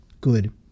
good